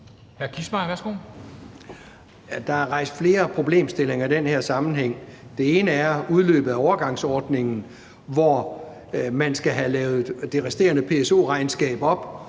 der er rejst flere problemstillinger i den her sammenhæng, og det ene er udløbet af overgangsordningen, hvor man skal have gjort det resterende PSO-regnskab op,